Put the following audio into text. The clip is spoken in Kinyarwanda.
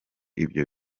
ibyo